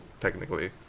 technically